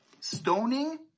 stoning